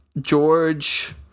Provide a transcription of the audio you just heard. George